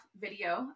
video